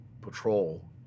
patrol